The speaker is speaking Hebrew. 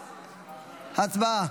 הצבעה.